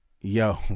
yo